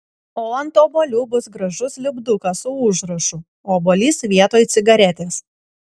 o ant obuolių bus gražus lipdukas su užrašu obuolys vietoj cigaretės